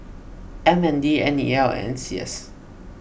M N D N E L and N C S